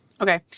Okay